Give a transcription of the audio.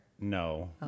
No